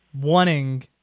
wanting